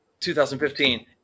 2015